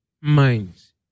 minds